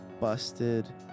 busted